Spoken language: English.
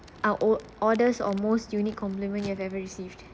ah o~ oddest or most unique compliment you have ever received